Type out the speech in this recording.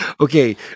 Okay